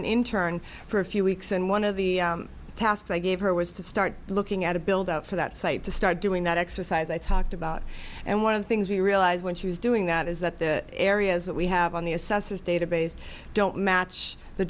an intern for a few weeks and one of the tasks i gave her was to start looking at a build out for that site to start doing that exercise i talked about and one of the things we realised when she was doing that is that the areas that we have on the assessors database don't match the